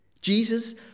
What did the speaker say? Jesus